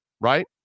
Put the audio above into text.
Right